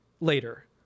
later